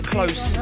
Close